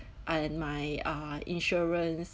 and my uh insurance